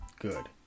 good